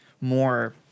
more